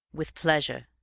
with pleasure,